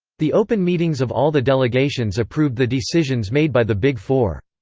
the open meetings of all the delegations approved the decisions made by the big four.